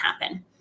happen